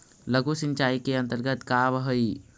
लघु सिंचाई के अंतर्गत का आव हइ?